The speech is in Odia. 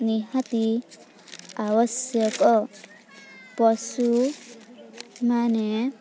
ନିହାତି ଆବଶ୍ୟକ ପଶୁମାନେ